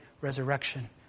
resurrection